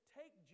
take